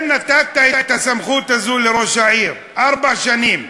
אם נתת את הסמכות הזאת לראש העיר לארבע שנים,